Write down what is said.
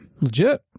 legit